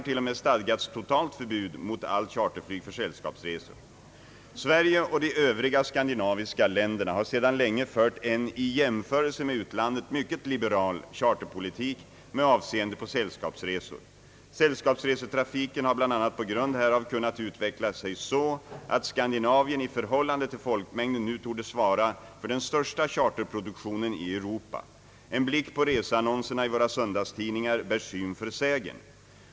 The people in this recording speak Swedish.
I Sverige och de övriga skandinaviska länderna har sedan länge fört en i jämförelse med utlandet mycket liberal charterpolitik med avseende på sällskapsresor. Sällskapsresetrafiken har bl.a. på grund härav kunnat utveckla sig så att Skandinavien i förhållande till folkmängden nu torde svara för den största charterproduktionen i Europa. En blick på reseannonserna i våra söndagstidningar bär syn för sägen.